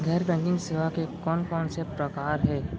गैर बैंकिंग सेवा के कोन कोन से प्रकार हे?